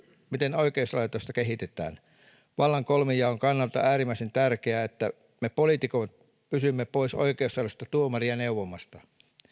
miten oikeuslaitosta kehitetään vallan kolmijaon kannalta on äärimmäisen tärkeää että me poliitikot pysymme pois oikeussaleista tuomaria neuvomasta